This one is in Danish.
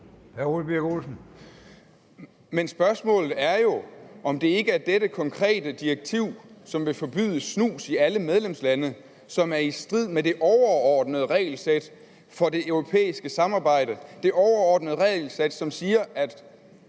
Men spørgsmålet er jo, om det ikke er dette konkrete direktiv, som vil forbyde snus i alle medlemslande, som er i strid med det overordnede regelsæt for det europæiske samarbejde, det overordnede regelsæt, som siger, at